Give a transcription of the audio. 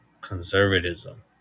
Conservatism